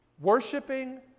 Worshipping